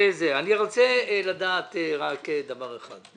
אני רוצה לדעת רק דבר אחד.